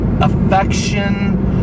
affection